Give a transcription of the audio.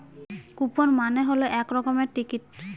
coupon মানে হল এক রকমের টিকিট